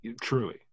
Truly